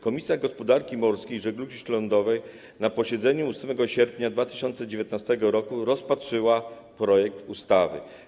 Komisja Gospodarki Morskiej i Żeglugi Śródlądowej na posiedzeniu 8 sierpnia 2019 r. rozpatrzyła projekt ustawy.